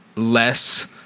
less